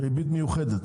יש לך ריבית מיוחדת.